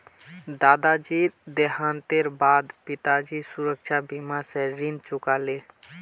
दादाजीर देहांतेर बा द पिताजी सुरक्षा बीमा स ऋण चुका ले